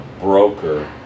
broker